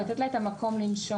לתת לה את המקום לנשום,